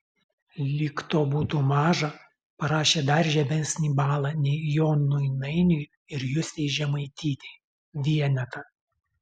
lyg to būtų maža parašė dar žemesnį balą nei jonui nainiui ir justei žemaitytei vienetą